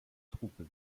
troupes